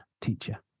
teacher